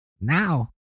Now